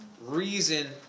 reason